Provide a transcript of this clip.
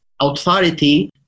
authority